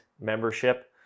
membership